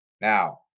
Now